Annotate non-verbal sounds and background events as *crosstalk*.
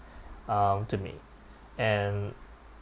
*breath* um to me and